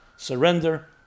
Surrender